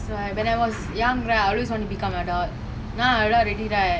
that' why when I was young right I always want to become an adult now I adult already right